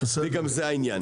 וגם זה העניין.